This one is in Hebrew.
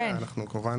אנחנו כמובן,